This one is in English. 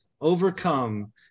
overcome